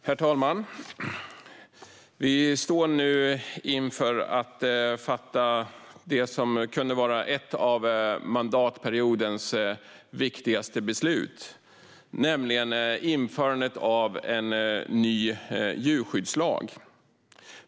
Herr talman! Vi står nu inför att fatta det som kunde ha varit ett av mandatperiodens viktigaste beslut, nämligen införandet av en ny djurskyddslag.